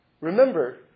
remember